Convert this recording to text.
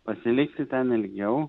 pasilikti ten ilgiau